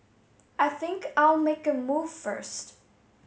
I think I'll make a move first